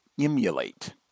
emulate